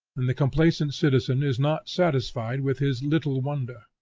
and the complacent citizen is not satisfied with his little wonder.